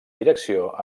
direcció